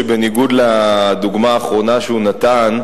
שבניגוד לדוגמה האחרונה שהוא נתן,